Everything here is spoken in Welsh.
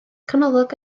canolog